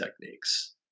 techniques